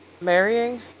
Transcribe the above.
marrying